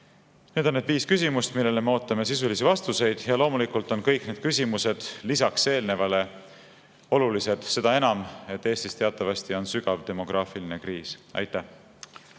on need viis küsimust, millele me ootame sisulisi vastuseid. Loomulikult on kõik need küsimused lisaks eelnevale olulised, seda enam, et Eestis teatavasti on sügav demograafiline kriis. Aitäh!